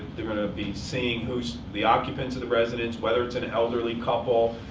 they're going to be seeing who's the occupants of the residence, whether it's an elderly couple.